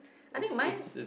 I think mine